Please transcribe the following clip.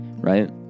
Right